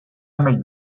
nemet